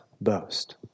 boast